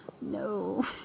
No